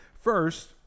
First